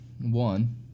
one